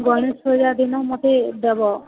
ଗଣେଶ ପୂଜା ଦିନ ମୋତେ ଦେବ